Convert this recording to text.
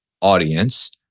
audience